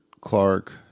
Clark